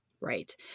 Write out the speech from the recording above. Right